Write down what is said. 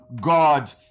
God